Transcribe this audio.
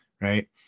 right